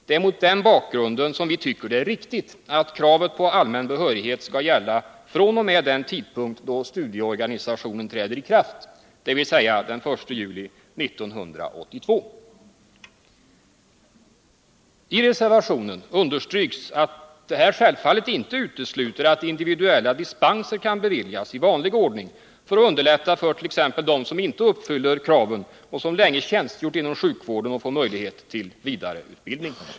Det är mot den bakgrunden som vi tycker det är riktigt att kravet på allmän behörighet skall gälla fr.o.m. den tidpunkt då studieorganisationen träder i kraft, dvs. den 1 juli 1982. I reservationen understryks att detta självfallet inte utesluter att individuella dispenser kan beviljas i vanlig ordning, för att underlätta för t.ex. dem som inte uppfyller kraven och som länge tjänstgjort inom sjukvården att få möjlighet till vidareutbildning.